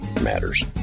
matters